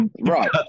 right